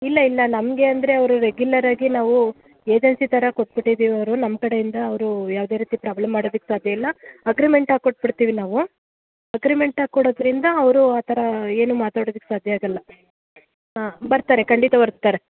ಇಲ್ಲ ಇಲ್ಲ ನಮಗೆ ಅಂದರೆ ಅವರು ರೆಗ್ಯುಲರಾಗಿ ನಾವು ಏಜೆನ್ಸಿ ಥರ ಕೊಟ್ಬಿಟ್ಟಿದೀವಿ ಅವರು ನಮ್ಮ ಕಡೆಯಿಂದ ಅವರು ಯಾವುದೇ ರೀತಿ ಪ್ರಾಬ್ಲಮ್ ಮಾಡೋದಿಕ್ಕೆ ಸಾಧ್ಯ ಇಲ್ಲ ಅಗ್ರಿಮೆಂಟಾಕಿ ಕೊಟ್ಟು ಬಿಡ್ತೀವಿ ನಾವು ಅಗ್ರಿಮೆಂಟ್ ಹಾಕಿಕೊಡೋದ್ರಿಂದ ಅವರು ಆ ಥರ ಏನೂ ಮಾತಾಡೊಕೆ ಸಾಧ್ಯ ಆಗೋಲ್ಲ ಹಾಂ ಬರ್ತಾರೆ ಖಂಡಿತ ಬರ್ತಾರೆ